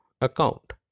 account